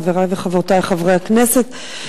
חברי וחברותי חברי הכנסת,